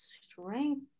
strength